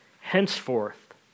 Henceforth